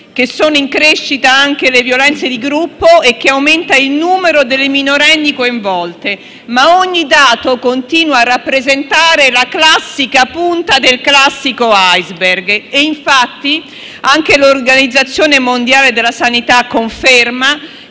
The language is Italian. che sono in crescita anche le violenze di gruppo e che aumenta il numero delle minorenni coinvolte. Ma ogni dato continua a rappresentare la classica punta del classico *iceberg* e infatti anche l'Organizzazione mondiale della sanità conferma